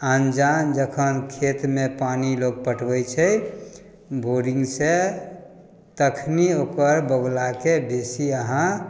आन जान जखन खेतमे पानी लोक पटबै छै बोरिङ्गसँ तखने ओकर बगुलाके बेसी अहाँ